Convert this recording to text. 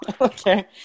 Okay